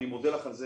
אני מודה לך על זה,